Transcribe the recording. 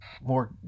more